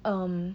um